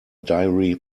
dairy